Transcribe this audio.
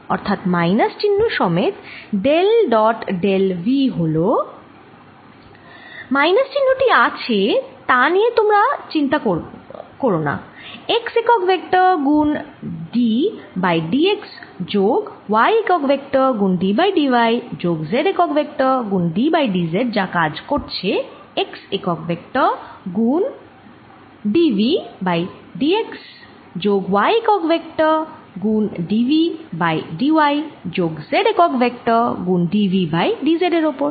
অর্থাৎ মাইনাস চিহ্ন সমেত ডেল ডট ডেল V হল মাইনাস চিহ্ন টি আছে তা নিয়ে আমরা চিন্তা করব না x একক ভেক্টর গুণ d বাই dx যোগ y একক ভেক্টর গুণ d বাই d y যোগ z একক ভেক্টর গুণ d বাই d z যা কাজ করছে x একক ভেক্টর গুণ dV বাই dx যোগ y একক ভেক্টর গুণ dV বাই d y যোগ z একক ভেক্টর গুণ dV বাই d z এর ওপর